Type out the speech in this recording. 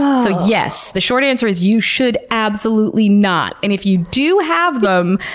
ah so yes the short answer is you should absolutely not! and if you do have them,